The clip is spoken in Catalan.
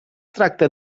tracta